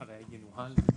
עם תיקונים מינוריים.